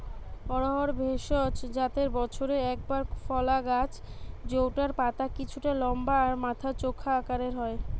অড়হর ভেষজ জাতের বছরে একবার ফলা গাছ জউটার পাতা কিছুটা লম্বা আর মাথা চোখা আকারের হয়